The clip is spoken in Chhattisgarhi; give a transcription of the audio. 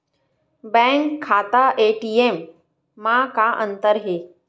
बैंक खाता ए.टी.एम मा का अंतर हे?